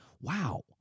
wow